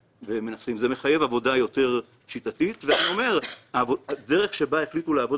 זה מחייב עבודה יותר שיטתית ואני אומר שהדרך שבה החליטו לעבוד